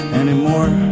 anymore